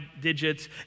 digits